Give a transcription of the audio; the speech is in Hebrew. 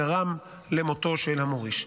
גרם למותו של המוריש.